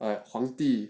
!wah! 皇帝